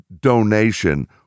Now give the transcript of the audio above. donation